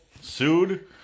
sued